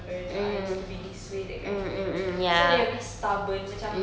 parents I need to be this way that kind of thing so they're a bit stubborn macam